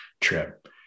trip